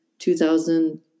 2000